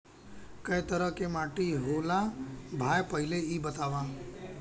कै तरह के माटी होला भाय पहिले इ बतावा?